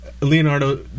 Leonardo